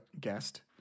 guest